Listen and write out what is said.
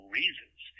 reasons